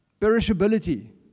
perishability